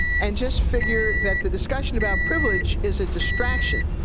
and just figure that the discussion about privilege is a distraction,